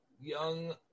young